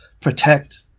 protect